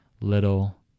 little